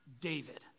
David